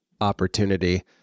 opportunity